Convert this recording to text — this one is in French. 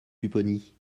pupponi